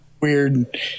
weird